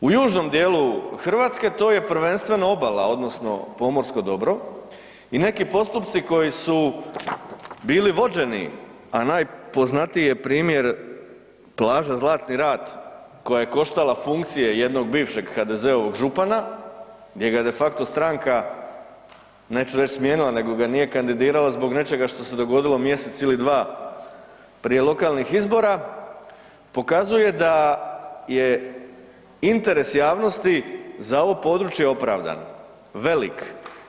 U južnom dijelu Hrvatske, to je prvenstveno obala, odnosno pomorsko dobro i neki postupci koji su bili vođeni, a najpoznatiji je primjer plaža Zlatni rat koja je koštala funkcije jednog bivšeg HDZ-ovog župana, gdje ga je de facto stranka, neću reći smijenila, nego ga nije kandidirala zbog nečega što se dogodilo mjesec ili dva prije lokalnih izbora, pokazuje da je interes javnosti za ovo područje opravdan, velik.